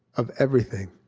of everything.